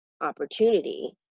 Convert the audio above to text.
opportunity